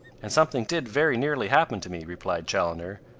and something did very nearly happen to me, replied chaloner,